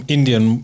Indian